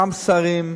גם שרים,